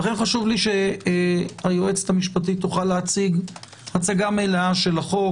לכן חשוב שלי שהיא תוכל להציג הצגה מלאה של החוק.